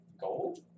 Gold